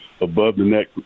above-the-neck